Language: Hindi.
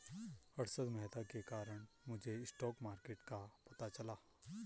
हर्षद मेहता के कारण मुझे स्टॉक मार्केट का पता चला